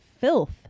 Filth